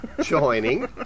Joining